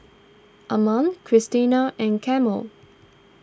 Alma Christiana and Carmel